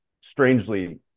strangely